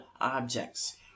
objects